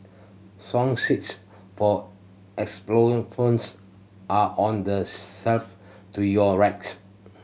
song sheets for xylophones are on the shelf to your rights